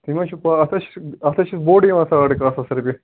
تُہۍ ما چھِو پا اتھ ہے چھُو اَتھ ہَے چھُو بورڈ یِوان ساڑ کاہ ساس رۄپیہِ